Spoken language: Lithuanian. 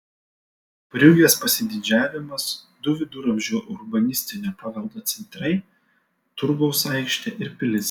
briugės pasididžiavimas du viduramžių urbanistinio paveldo centrai turgaus aikštė ir pilis